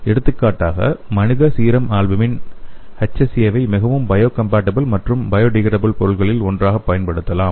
எடுத்துக்காட்டாக மனித serum albumin எச்எஸ்ஏவை மிகவும் பயொகம்பேடபிள் மற்றும் பயோடீகிரேடபிள் பொருளில் ஒன்றாகப் பயன்படுத்தலாம்